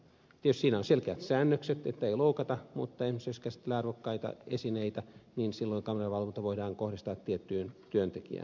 tietysti siinä on selkeät säännökset ettei loukata mutta esimerkiksi jos käsitellään arvokkaita esineitä niin silloin kameravalvonta voidaan kohdistaa tiettyyn työntekijään